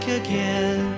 again